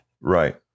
Right